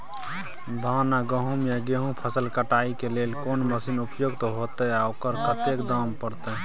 धान आ गहूम या गेहूं फसल के कटाई के लेल कोन मसीन उपयुक्त होतै आ ओकर कतेक दाम परतै?